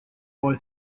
boy